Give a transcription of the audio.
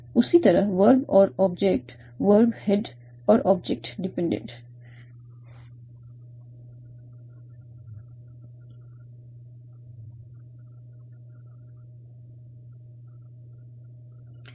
उसी तरह वर्ब और ऑब्जेक्ट वर्ब हेड बन जाती है और ऑब्जेक्ट डिपेंडेंट हो जाती है